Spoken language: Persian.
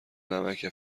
نمکه